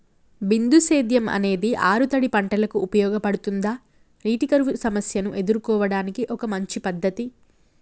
బిందు సేద్యం అనేది ఆరుతడి పంటలకు ఉపయోగపడుతుందా నీటి కరువు సమస్యను ఎదుర్కోవడానికి ఒక మంచి పద్ధతి?